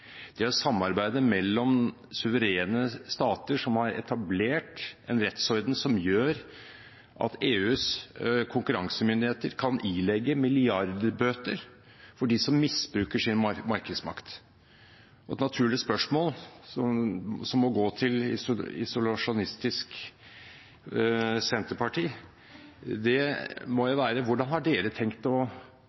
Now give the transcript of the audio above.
Det er samarbeidet mellom suverene stater som har etablert en rettsorden som gjør at EUs konkurransemyndigheter kan ilegge dem som misbruker sin markedsmakt, milliardbøter. Et naturlig spørsmål som må gå til isolasjonistisk senterparti, må være hvordan de har tenkt seg å